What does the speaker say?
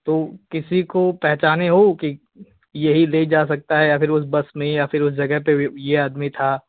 तो किसी को पहचाने हो कि यही ले जा सकता है या फिर उस बस में या फिर उस जगह पे भी ये आदमी था